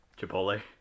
Chipotle